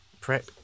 PrEP